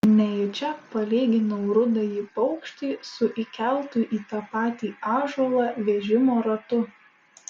nejučia palyginau rudąjį paukštį su įkeltu į tą patį ąžuolą vežimo ratu